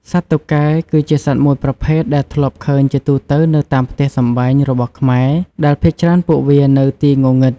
សត្វតុកែគឺជាសត្វមួយប្រភេទដែលធ្លាប់ឃើញជាទូទៅនៅតាមផ្ទះសម្បែងរបស់ខ្មែរដែលភាគច្រើនពួកវានៅទីងងឹត។